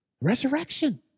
resurrection